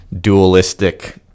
dualistic